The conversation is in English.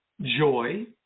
joy